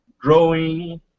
growing